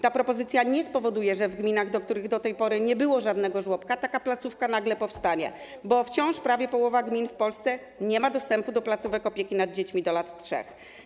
Ta propozycja nie spowoduje, że w gminach, w których do tej pory nie było żadnego żłobka, taka placówka nagle powstanie, bo wciąż prawie połowa gmin w Polsce nie ma dostępu do placówek opieki nad dziećmi do lat 3.